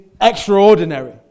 extraordinary